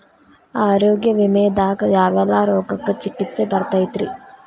ಆರೋಗ್ಯ ವಿಮೆದಾಗ ಯಾವೆಲ್ಲ ರೋಗಕ್ಕ ಚಿಕಿತ್ಸಿ ಬರ್ತೈತ್ರಿ?